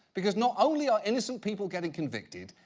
because not only are innocent people getting convicted,